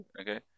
Okay